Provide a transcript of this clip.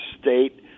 state